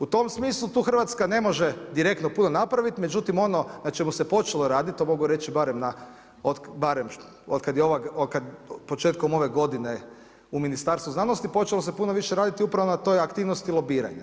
U tom smislu, tu Hrvatska ne može direktno puno napraviti, međutim, ono na čemu se počelo raditi, to mogu reći barem na, barem od, početkom ove g. u Ministarstvu znanosti, počelo se puno više raditi upravo na toj aktivnosti lobiranja.